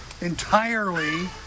entirely